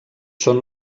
són